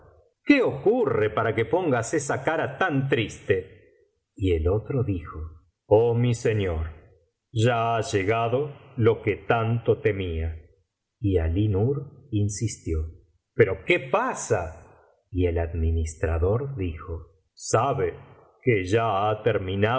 qué ocurre para que pongas esa cara tan triste y el otro dijo oh mi señor ya ha llegado lo que tanto temía y alínur insistió pero qué pasa y el administrador dijo sabe que ya